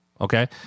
Okay